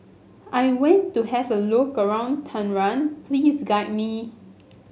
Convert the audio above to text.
I want to have a look around Tehran please guide me